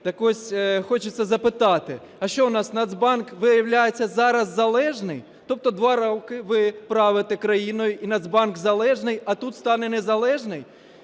Так ось хочеться запитати: а що, у нас Нацбанк, виявляється, зараз залежний? Тобто два роки ви правите країною, і Нацбанк залежний, а тут стане незалежний?